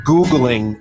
Googling